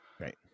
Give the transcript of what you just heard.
Right